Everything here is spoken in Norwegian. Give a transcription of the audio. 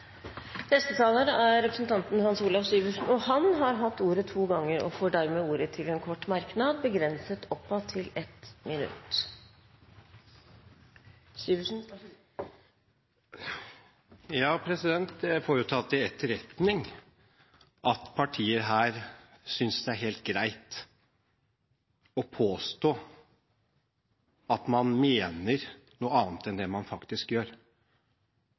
Representanten Hans Olav Syversen har hatt ordet to ganger og får ordet til en kort merknad, begrenset oppad til 1 minutt. Jeg får ta til etterretning at partier her synes det er helt greit å påstå at man mener noe annet enn det man faktisk gjør.